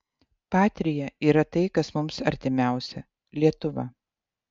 patria yra tai kas mums artimiausia lietuva